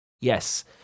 Yes